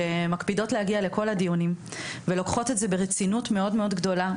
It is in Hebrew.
שמקפידות להגיע לכל הדיונים ולוקחות את זה ברצינות מאוד גדולה.